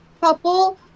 couple